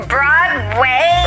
Broadway